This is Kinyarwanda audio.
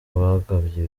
bagabye